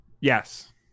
Yes